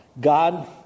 God